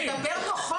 אתם לא מקבלים מימון זר?